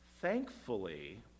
Thankfully